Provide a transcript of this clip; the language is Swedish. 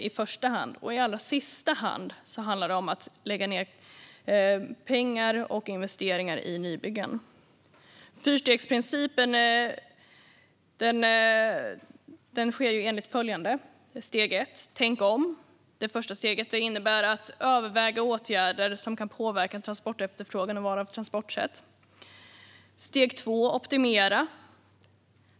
I allra sista hand handlar det om att lägga ned pengar och investeringar i nybyggen. Fyrstegsprincipen sker enligt följande: Steg 1: Tänk om. Det innebär att överväga åtgärder som kan påverka transportefterfrågan och val av transportsätt. Steg 2: Optimera.